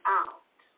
out